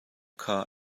kha